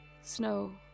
Snow